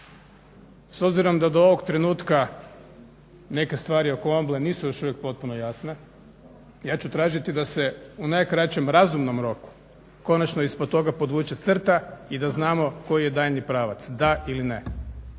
S obzirom da do ovog trenutka neke stvari oko Omble nisu još potpuno jasne, ja ću tražiti da se u najkraćem razumnom roku konačno ispod toga podvuče crta i da znamo koji je daljnji pravac, da ili ne.